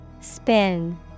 Spin